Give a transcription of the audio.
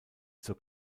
zur